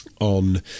on